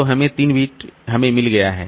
तो हमें 3 बिट हमें मिल गया है